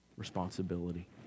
responsibility